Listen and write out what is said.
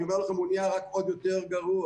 אני אומר לכם, הוא נהיה רק עוד יותר גרוע.